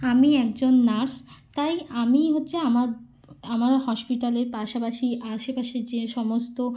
আমি একজন নার্স তাই আমি হচ্ছে আমার আমার হসপিটালের পাশাপাশি আশেপাশে যে সমস্ত